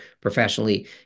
professionally